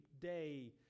day